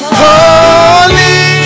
holy